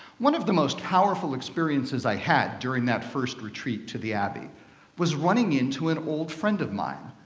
one of the most powerful experiences i had during that first retreat to the abbey was running into an old friend of mine,